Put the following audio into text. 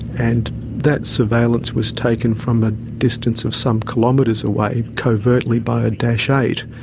and that surveillance was taken from a distance of some kilometres away, covertly by a dash eight.